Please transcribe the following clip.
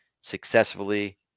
successfully